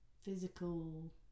physical